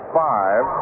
five